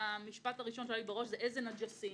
דבר ראשון אני חושבת: איזה נאג'סים.